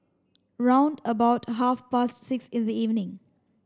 round about half past six in the evening